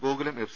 Gokulam F